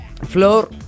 floor